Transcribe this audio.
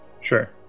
Sure